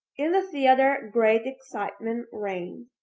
in the theater, great excitement reigned.